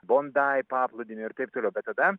bondai paplūdimį ir taip toliau bet tada